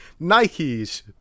nikes